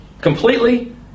Completely